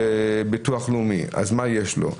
ביטוח לאומי למשל, מה יש לו?